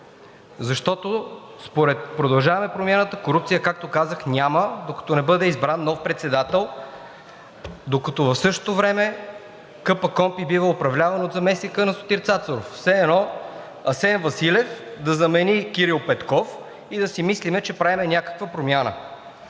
защото според „Продължаваме Промяната“ корупция, както казах, няма, докато не бъде избран нов председател, докато в същото време КПКОНПИ бива управлявана от заместника на Сотир Цацаров. Все едно Асен Василев да замени Кирил Петков и да си мислим, че правим някаква промяна.